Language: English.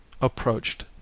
approached